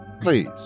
please